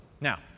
Now